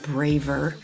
Braver